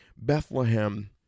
Bethlehem